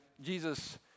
Jesus